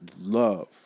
love